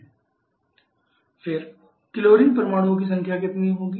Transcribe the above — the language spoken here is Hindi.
C x 1 1 H y - 1 0 F z 1 फिर क्लोरीन परमाणुओं की संख्या कितनी होगी